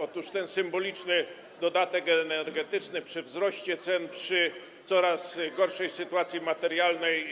Otóż ten symboliczny dodatek energetyczny przy wzroście cen, przy coraz gorszej sytuacji materialnej